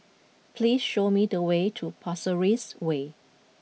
please show me the way to Pasir Ris Way